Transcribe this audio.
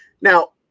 now